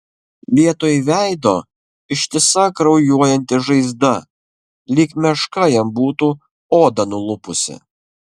vietoj veido ištisa kraujuojanti žaizda lyg meška jam būtų odą nulupusi